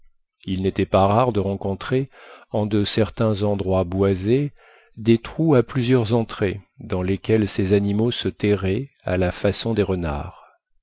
il n'était pas rare de rencontrer en de certains endroits boisés des trous à plusieurs entrées dans lesquels ces animaux se terraient à la façon des renards